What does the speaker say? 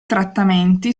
trattamenti